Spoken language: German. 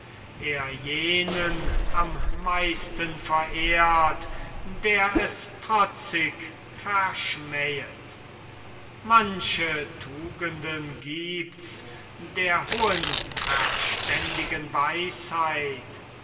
er jenen am meisten verehrt der es trotzig verschmähet manche tugenden gibt's der hohen verständigen weisheit